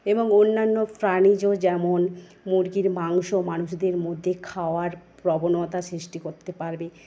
এবং অন্যান্য প্রাণীজ যেমন মুরগির মাংস মানুষদের মধ্যে খাওয়ার প্রবণতা সৃষ্টি করতে পারবে